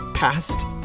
past